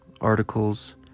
articles